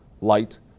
light